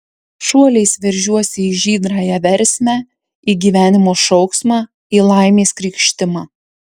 šuoliais veržiuosi į žydrąją versmę į gyvenimo šauksmą į laimės krykštimą